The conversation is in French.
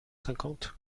cinquante